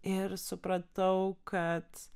ir supratau kad